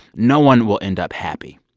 no one will end up happy.